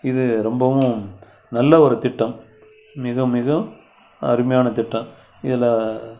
இது ரொம்பவும் நல்ல ஒரு திட்டம் மிக மிக அருமையான திட்டம் இதில்